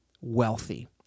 wealthy